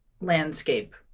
landscape